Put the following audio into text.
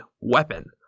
weapon